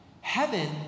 Heaven